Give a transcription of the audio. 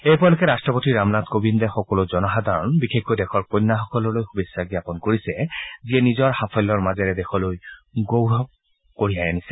এই উপলক্ষে ৰট্টপতি ৰামনাথ কোৱিন্দে সকলো জনসাধাৰণ বিশেষকৈ দেশৰ কন্যাসকললৈ শুভেচ্ছ জ্ঞাপন কৰিছে যিয়ে নিজৰ সাফল্যৰ মাজেৰে দেশলৈ গৌৰৱ কঢ়িয়াই আনিছে